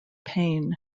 pain